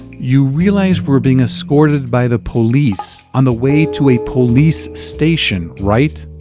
you realize we're being escorted by the police on the way to a police station, right?